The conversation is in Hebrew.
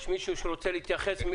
מישהו רוצה להתייחס,